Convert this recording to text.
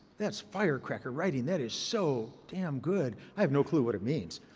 that's fire cracking writing. that is so damn good. i have no clue what it means.